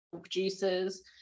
producers